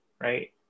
right